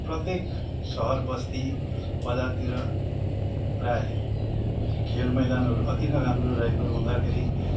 प्रत्येक सहर बस्ती बजारतिर प्रायः खेल मैदानहरू अति नै राम्रो रहेको हुँदाखेरि